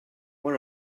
one